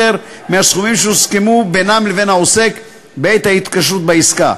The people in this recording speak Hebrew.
מהסכומים שהוסכמו בינם לבין העוסק בעת ההתקשרות בעסקה.